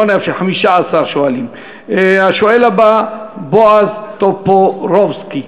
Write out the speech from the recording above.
השואל הבא, בועז טופורובסקי.